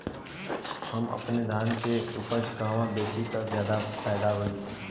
हम अपने धान के उपज कहवा बेंचि त ज्यादा फैदा होई?